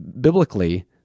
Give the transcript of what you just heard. Biblically